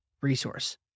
resource